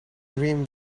rim